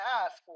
ask